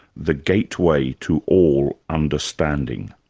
the gateway to all understanding.